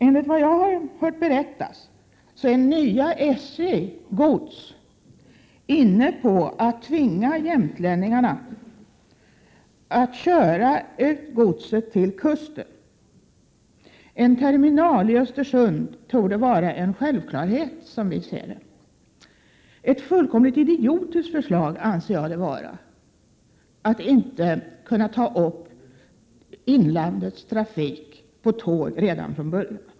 Enligt vad jag har hört är det nya SJ Gods inne på att tvinga jämtlänningarna att köra ut godset till kusten. En terminal i Östersund torde vara en självklarhet, som vi ser det. Jag anser det vara fullkomligt idiotiskt att SJ inte kan ta emot gods från inlandet på tåg redan från början.